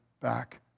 back